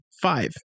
Five